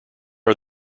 are